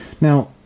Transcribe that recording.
Now